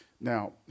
Now